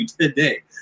today